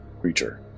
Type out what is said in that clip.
creature